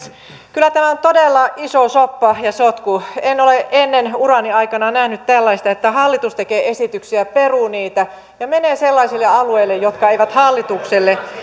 kyllä tämä on todella iso soppa ja sotku en ole ennen urani aikana nähnyt tällaista että hallitus tekee esityksiä peruu niitä ja menee sellaisille alueille jotka eivät hallitukselle